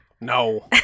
No